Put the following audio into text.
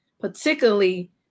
particularly